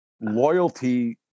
loyalty